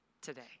today